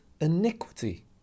iniquity